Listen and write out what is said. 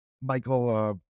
Michael